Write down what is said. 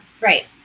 Right